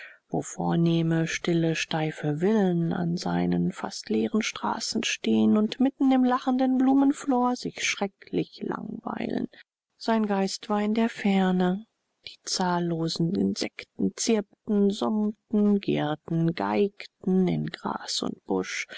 wo vornehme stille steife villen an seinen fast leeren straßen stehen und mitten im lachenden blumenflor sich schrecklich langweilen sein geist war in der ferne die zahllosen insekten zirpten summten girrten geigten in gras und busch